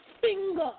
finger